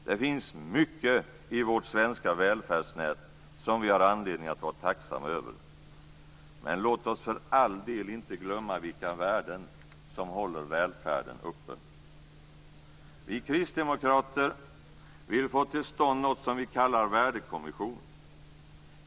Det finns mycket i vårt svenska välfärdsnät som vi har anledning att vara tacksamma över, men låt oss för all del inte glömma vilka värden som håller välfärden uppe. Vi kristdemokrater vill få till stånd något som vi kallar Värdekommission.